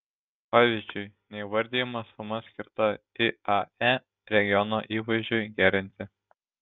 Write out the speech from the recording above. pavyzdžiui neįvardijama suma skirta iae regiono įvaizdžiui gerinti